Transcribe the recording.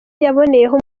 yaboneyeho